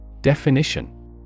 Definition